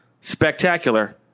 Spectacular